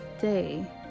day